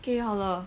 okay 好了